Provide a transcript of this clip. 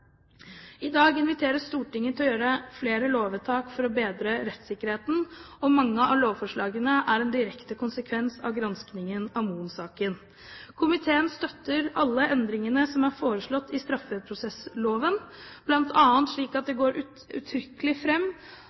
I dag inviteres Stortinget til å gjøre flere lovvedtak for å bedre rettssikkerheten, og mange av lovforslagene er en direkte konsekvens av granskningen av Fritz Moen-saken. Komiteen støtter alle endringene som er foreslått i straffeprosessloven, bl.a. at det går